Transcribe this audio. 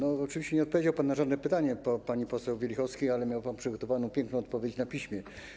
Oczywiście nie odpowiedział pan na żadne pytanie po pani poseł Wielichowskiej, ale miał pan przygotowaną piękną odpowiedź na piśmie.